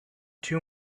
two